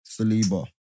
Saliba